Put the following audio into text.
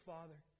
Father